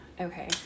Okay